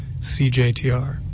CJTR